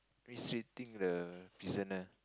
mistreating the prisoner